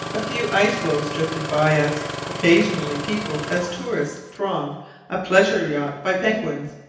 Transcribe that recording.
a few ice-floes drifted by us, occasionally peopled, as tourists throng a pleasure yacht, by penguins,